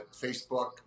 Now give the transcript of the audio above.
Facebook